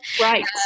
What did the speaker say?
Right